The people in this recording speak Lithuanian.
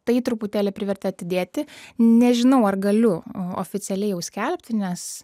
tai truputėlį privertė atidėti nežinau ar galiu oficialiai jau skelbti nes